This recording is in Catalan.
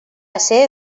esser